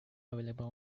available